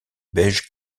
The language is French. beige